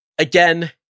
Again